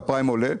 והפריים עולה,